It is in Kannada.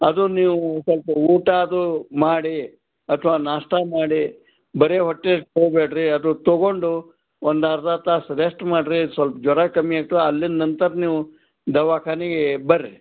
ಅದು ನೀವು ಸ್ವಲ್ಪ್ ಊಟ ಅದು ಮಾಡಿ ಅಥವಾ ನಾಷ್ಟಾ ಮಾಡಿ ಬರೀ ಹೊಟ್ಟೆಗ್ ತೊಗೊಬೇಡ್ರಿ ಅದು ತೊಗೊಂಡು ಒಂದು ಅರ್ಧ ತಾಸು ರೆಸ್ಟ್ ಮಾಡಿರಿ ಸ್ವಲ್ಪ್ ಜ್ವರ ಕಮ್ಮಿ ಆಗ್ತದೆ ಅಲ್ಲಿಂದ ನಂತರ ನೀವು ದವಾಖಾನಿಗೆ ಬನ್ರಿ